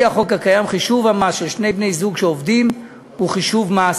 חישוב המס של שני בני-זוג שעובדים הוא חישוב מס